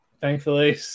Thankfully